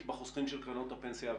בחוסכים של קרנות הפנסיה הוותיקות?